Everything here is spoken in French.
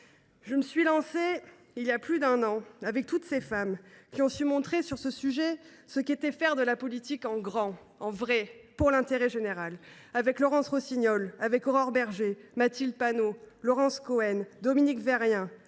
Je me suis lancée, il y a plus d’un an, avec toutes ces femmes qui ont su montrer, sur ce sujet, ce qu’était faire de la politique en grand, en vrai, pour l’intérêt général – je pense à Laurence Rossignol, Aurore Bergé, Mathilde Panot, Laurence Cohen, Dominique Vérien,